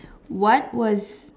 what was